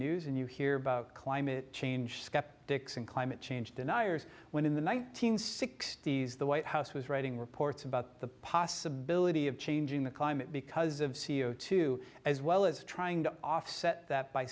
news and you hear about climate change skeptics and climate change deniers when in the one nine hundred sixty s the white house was writing reports about the possibility of changing the climate because of c o two as well as trying to offset that by